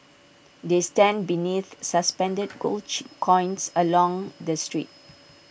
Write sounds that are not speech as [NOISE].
they stand beneath suspended gold [UNINTELLIGIBLE] coins along the street